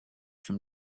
from